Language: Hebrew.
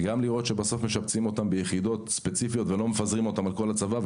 לראות שבסוף משבצים אותם ביחידות ספציפיות ולא מפזרים אותם על כל הצבא,